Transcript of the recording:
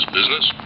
business